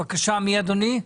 בבקשה, מי אדוני?